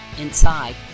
Inside